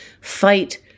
Fight